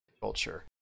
culture